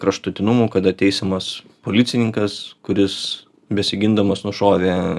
kraštutinumų kada teisiamas policininkas kuris besigindamas nušovė